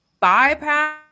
bypass